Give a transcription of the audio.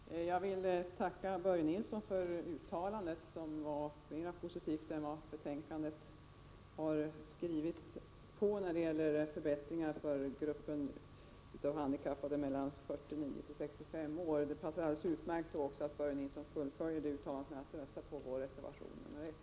Herr talman! Jag vill tacka Börje Nilsson för uttalandet, som var mera positivt än vad som framgår av utskottets skrivning i betänkandet när det gäller förbättringar för gruppen av handikappade mellan 49 och 65 år. Det vore utmärkt om Börje Nilsson följde upp detta genom att rösta på vår reservation 1.